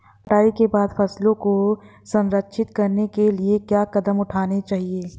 कटाई के बाद फसलों को संरक्षित करने के लिए क्या कदम उठाने चाहिए?